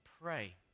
pray